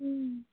ହୁଁ